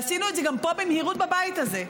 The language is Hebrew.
עשינו את זה פה במהירות בבית הזה.